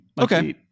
Okay